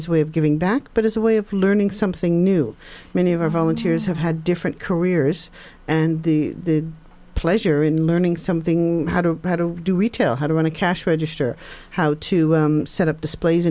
as way of giving back but as a way of learning something new many of our volunteers have had different careers and the pleasure in learning something how to do retail how to run a cash register how to set up displays